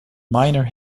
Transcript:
minor